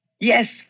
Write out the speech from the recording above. Yes